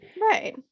Right